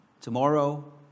tomorrow